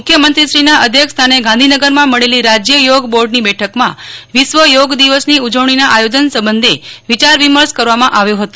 મુખ્યમંત્રીશ્રીના અધ્યક્ષસ્થાને ગાંધીનગરમાં મળેલી રાજ્ય થોગ બોર્ડની બેઠકમાં વિશ્વ થોગ દિવસની ઉજવણીના આયોજન સંબંધે વિચાર વિમર્શ કરવામાં આવ્યો હતો